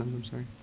i'm sorry.